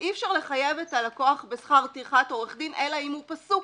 אי אפשר לחייב את הלקוח בשכר טרחת עורך דין אלא אם הוא פסוק.